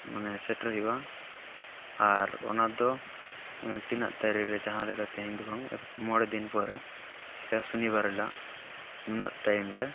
ᱢᱟᱱᱮ ᱥᱮᱴᱮᱨ ᱦᱩᱭᱩᱜᱼᱟ ᱟᱨ ᱚᱱᱟ ᱫᱚ ᱛᱤᱱᱟᱹᱜ ᱛᱟᱨᱤᱠ ᱨᱮ ᱡᱟᱦᱟᱸ ᱞᱮᱠᱟ ᱛᱮᱦᱤᱧ ᱫᱚ ᱵᱟᱝ ᱢᱚᱬᱮ ᱫᱤᱱ ᱯᱚᱨᱮ ᱡᱟᱦᱟᱸ ᱥᱚᱱᱤᱵᱟᱨ ᱦᱤᱞᱳᱜ ᱱᱩᱱᱟᱹᱜ ᱴᱟᱭᱤᱢ ᱨᱮ